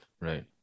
Right